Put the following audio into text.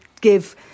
give